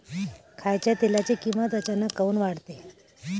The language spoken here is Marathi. खाच्या तेलाची किमत अचानक काऊन वाढते?